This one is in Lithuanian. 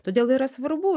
todėl yra svarbu